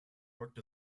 worked